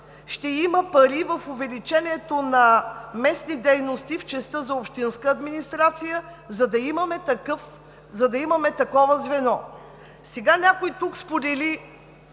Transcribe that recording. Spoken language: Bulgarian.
ще има пари в увеличението на „Местни дейности“ в частта за общинската администрация, за да имаме такова звено. Сега някой тук сподели